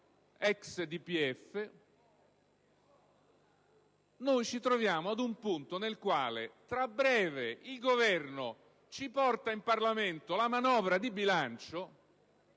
DPEF. Ora ci troviamo in un punto nel quale, tra breve, il Governo porterà in Parlamento la manovra di bilancio,